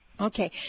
Okay